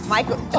Michael